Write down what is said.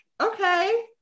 Okay